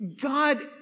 God